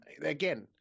again